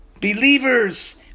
Believers